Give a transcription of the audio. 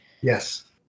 Yes